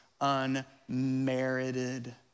unmerited